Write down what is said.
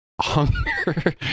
hunger